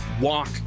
walk